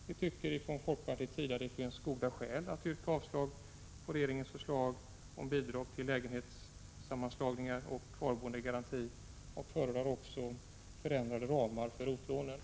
Vi anser från folkpartiets sida att det finns goda skäl till att yrka avslag på regeringens förslag om bidrag till lägenhetssammanslagningar och kvarboendegarantier. Vi förordar även förändrade ramar för ROT-lånen.